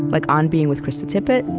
like on being with krista tippett,